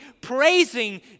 praising